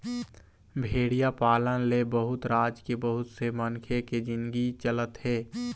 भेड़िया पालन ले बहुत राज के बहुत से मनखे के जिनगी चलत हे